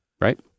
Right